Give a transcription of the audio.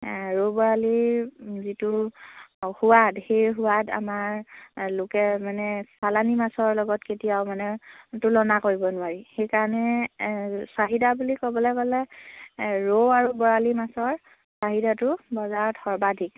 ৰৌ বৰালিৰ যিটো সোৱাদ সেই সোৱাদ আমাৰ লোকে মানে চালানী মাছৰ লগত কেতিয়াও মানে তুলনা কৰিব নোৱাৰি সেইকাৰণে চাহিদা বুলি ক'বলৈ গ'লে ৰৌ আৰু বৰালি মাছৰ চাহিদাটো বজাৰত সৰ্বাধিক